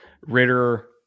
Ritter